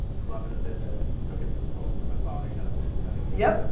grew up in a business, took it almost from my father you know kind of yep,